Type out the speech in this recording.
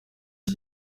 iki